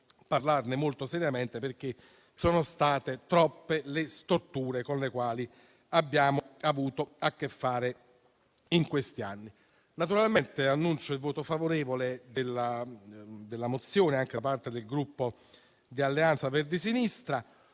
parlarne molto seriamente, perché sono state troppe le storture con le quali abbiamo avuto a che fare in questi anni. Naturalmente, annuncio il voto favorevole alla mozione anche da parte del Gruppo Alleanza Verdi Sinistra.